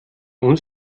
uns